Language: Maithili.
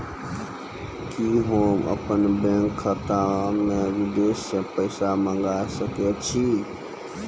कि होम अपन बैंक खाता मे विदेश से पैसा मंगाय सकै छी?